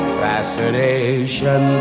fascination